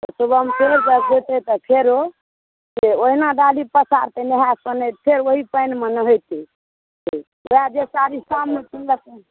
सुबहमे फेर जेतै तऽ फेरो से ओहिना डाली पसारतै नहाकऽ फेर ओहि पानिमे नहेतै वएह जे साड़ी शाममे पिन्हलकै